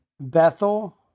Bethel